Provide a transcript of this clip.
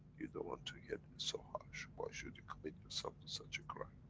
you don't want to get in so harsh, why should you commit yourself to such a crime?